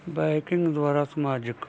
biking ਦੁਆਰਾ ਸਮਾਜਿਕ